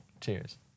Cheers